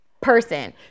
person